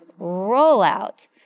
rollout